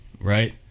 right